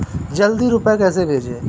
जल्दी रूपए कैसे भेजें?